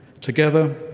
Together